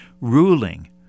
ruling